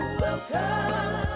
welcome